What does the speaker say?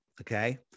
okay